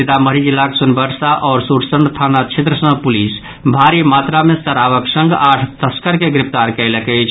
सीतामढ़ी जिलाक सोनबरसा आओर सुरसंड थाना क्षेत्र सऽ पुलिस भारी मात्रा मे शराबक संग आठ तस्कर के गिरफ्तार कयलक अछि